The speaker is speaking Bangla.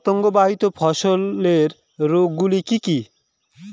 পতঙ্গবাহিত ফসলের রোগ গুলি কি কি?